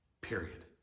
period